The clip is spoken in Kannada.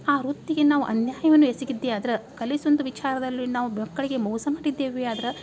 ಆ ವೃತ್ತಿಗೆ ನಾವು ಅನ್ಯಾಯವನ್ನು ಎಸಗಿದ್ದೇ ಆದ್ರೆ ಕಲಿಸುವಂಥ ವಿಚಾರದಲ್ಲಿ ನಾವು ಮಕ್ಕಳಿಗೆ ಮೋಸ ಮಾಡಿದ್ದೇವೆ ಆದ್ರೆ